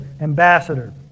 ambassador